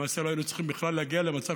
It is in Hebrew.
למעשה לא היינו צריכים בכלל להגיע למצב